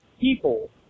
people